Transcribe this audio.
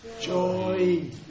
joy